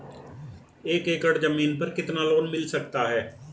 एक एकड़ जमीन पर कितना लोन मिल सकता है?